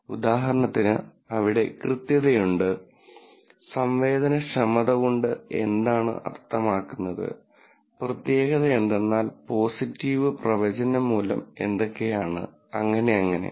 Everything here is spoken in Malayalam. ഉദാഹരണത്തിന് അവിടെ കൃത്യതയുണ്ട് സംവേദനക്ഷമത കൊണ്ട് എന്താണ് അർത്ഥമാക്കുന്നത് പ്രത്യേകത എന്നാൽ പോസിറ്റീവ് പ്രവചന മൂല്യം അങ്ങനെയങ്ങനെ